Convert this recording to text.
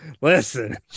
listen